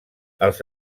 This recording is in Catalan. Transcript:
els